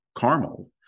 caramel